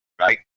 right